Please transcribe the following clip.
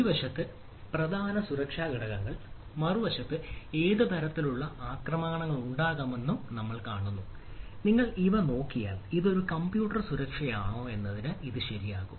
ഒരു വശത്ത് പ്രധാന സുരക്ഷാ ഘടകങ്ങൾ മറുവശത്ത് ഏത് തരത്തിലുള്ള ആക്രമണങ്ങളുണ്ടാകാമെന്ന് നമ്മൾ കാണുന്നു നിങ്ങൾ ഇവ നോക്കിയാൽ ഇത് ഒരു കമ്പ്യൂട്ടർ സുരക്ഷയാണോ എന്നതിന് ഇത് ശരിയാകും